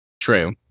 True